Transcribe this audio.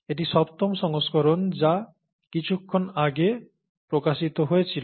এটি সপ্তম সংস্করণ যা কিছুক্ষণ আগে প্রকাশিত হয়েছিল